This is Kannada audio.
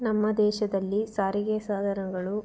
ನಮ್ಮ ದೇಶದಲ್ಲಿ ಸಾರಿಗೆ ಸವೇರಗಳು